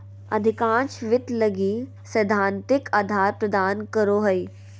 अधिकांश वित्त लगी सैद्धांतिक आधार प्रदान करो हइ